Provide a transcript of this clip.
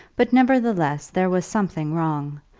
but nevertheless there was something wrong,